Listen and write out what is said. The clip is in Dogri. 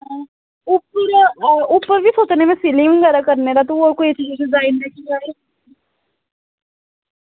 ओह् कोई फिलिंग करने दा डिजाईन सोच यार